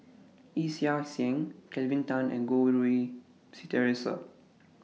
Yee Chia Hsing Kelvin Tan and Goh Rui Si Theresa